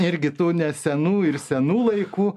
irgi tų nesenų ir senų laikų